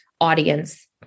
audience